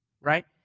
Right